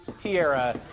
Tierra